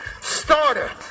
starter